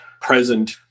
present